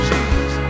Jesus